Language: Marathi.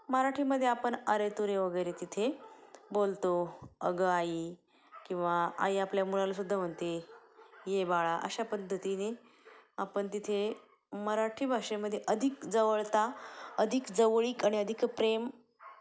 मराठीमध्ये आपण अरे तुरे वगैरे तिथे बोलतो अगं आई किंवा आई आपल्या मुलालासुद्धा म्हणते ये बाळा अशा पद्धतीने आपण तिथे मराठी भाषेमध्ये अधिक जवळता अधिक जवळीक आणि अधिक प्रेम